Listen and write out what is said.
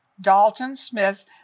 Dalton-Smith